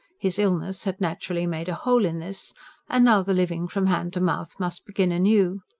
his illness had naturally made a hole in this and now the living from hand to mouth must begin anew.